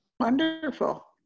Wonderful